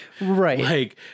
Right